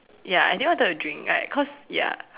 ya I didn't wanted to drink like cause ya